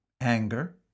anger